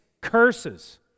curses